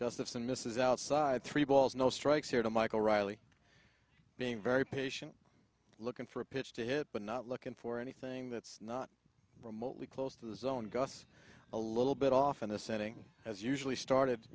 misses outside three balls no strikes here to michael riley being very patient looking for a pitch to hit but not looking for anything that's not remotely close to the zone gus a little bit off in the setting as usually started